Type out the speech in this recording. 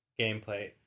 gameplay